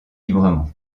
librement